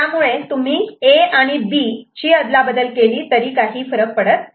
त्यामुळे तुम्ही A आणि B ची अदलाबदल केली तरी काही फरक पडत नाही